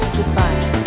Goodbye